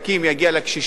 לקשישים,